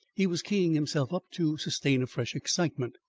he was keying himself up to sustain a fresh excitement.